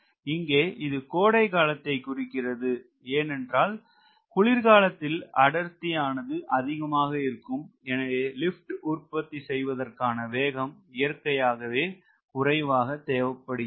இங்கே இது கோடை காலத்தை குறிக்கிறது ஏன் என்றால் குளிர் காலத்தில் அடர்த்தி ஆனது அதிகமாக இருக்கும் எனவே லிப்ட் உற்பத்தி செய்வதற்கான வேகம் இயற்கையாகவே குறைவாக தேவை படுகிறது